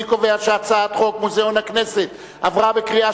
אני קובע שהצעת חוק מוזיאון הכנסת עברה בקריאה